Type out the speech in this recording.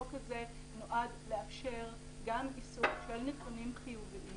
החוק הזה נועד לאפשר גם איסוף של נתונים חיוביים